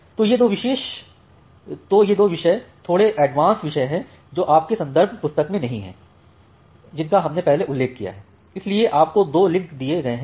तो ये दो विषय थोड़े उन्नतएडवांस विषय हैं जो आपकी संदर्भ पुस्तक में नहीं हैं जिनका हमने पहले उल्लेख किया है इसीलिए आपको दो लिंक दिए गये हैं